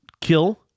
kill